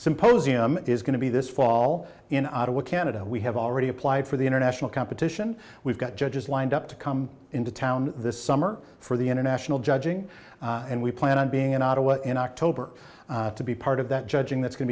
symposium is going to be this fall in ottawa canada we have already applied for the international competition we've got judges lined up to come into town this summer for the international judging and we plan on being in ottawa in october to be part of that judging that's go